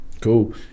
cool